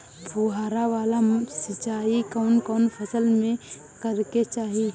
फुहारा वाला सिंचाई कवन कवन फसल में करके चाही?